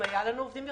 אם היו לנו עובדים,